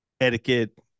etiquette